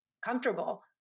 comfortable